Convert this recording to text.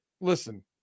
listen